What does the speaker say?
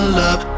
love